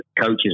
coaches